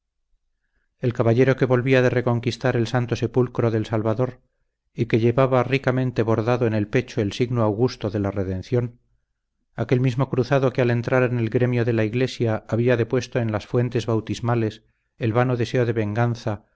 el caballero que volvía de reconquistar el santo sepulcro del salvador y que llevaba ricamente bordado en el pecho el signo augusto de la redención aquel mismo cruzado que al entrar en el gremio de la iglesia había depuesto en las fuentes bautismales el vano deseo de venganza